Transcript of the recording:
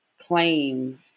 claim